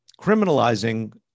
criminalizing